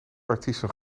artiesten